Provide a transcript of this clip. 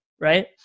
Right